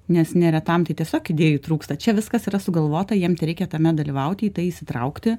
nes neretam tai tiesiog idėjų trūksta čia viskas yra sugalvota jiem reikia tame dalyvauti į tai įsitraukti